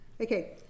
Okay